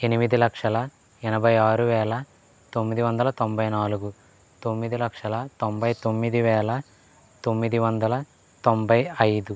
ఎనిమిది లక్షల ఎనభై ఆరువేల తొమ్మిది వందల తొంభై నాలుగు తొమ్మిది లక్షల తొంభై తొమ్మిది వేల తొమ్మిది వందల తొంభై ఐదు